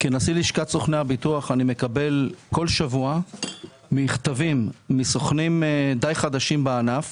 כנשיא לשכת סוכני הביטוח אני מקבל כל שבוע מכתבים מסוכנים די חדשים בענף